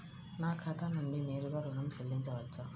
నా ఖాతా నుండి నేరుగా ఋణం చెల్లించవచ్చా?